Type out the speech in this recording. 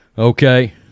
Okay